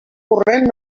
corrent